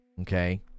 okay